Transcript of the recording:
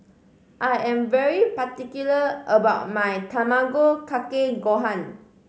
I am very particular about my Tamago Kake Gohan